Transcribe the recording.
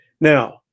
Now